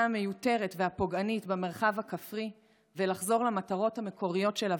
המיותרת והפוגענית במרחב הכפרי ולחזור למטרות המקוריות של הוותמ"ל,